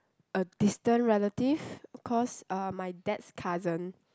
a distant relative of course uh my dad's cousin